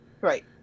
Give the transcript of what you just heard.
Right